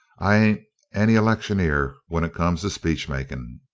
i ain't any electioneer when it comes to speech making.